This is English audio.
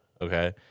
Okay